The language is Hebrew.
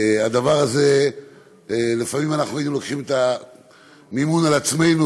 בדבר הזה לפעמים היינו לוקחים את המימון על עצמנו